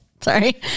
Sorry